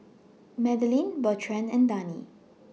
Madelene Bertrand and Dani